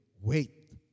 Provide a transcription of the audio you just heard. wait